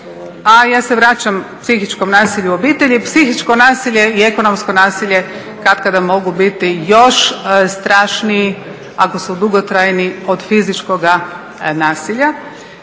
A ja se vraćam psihičkom nasilju u obitelji, psihičko nasilje i ekonomsko nasilje katkada mogu biti još strašniji ako su dugotrajni od fizičkoga nasilja.